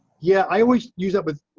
yeah. i always use up with.